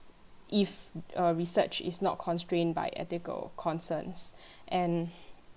if err research is not constrained by ethical concerns and